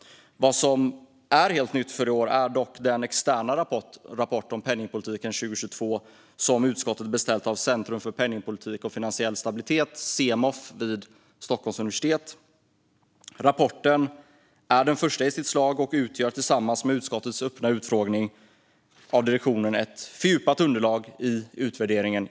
Vad som är helt nytt för i år är dock den externa rapport om penningpolitiken 2022 som utskottet har beställt av Centrum för penningpolitik och finansiell stabilitet, Cemof, vid Stockholms universitet. Rapporten är den första i sitt slag och utgör tillsammans med utskottets öppna utfrågning av direktionen ett fördjupat underlag i årets utvärdering.